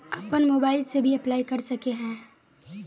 अपन मोबाईल से भी अप्लाई कर सके है नय?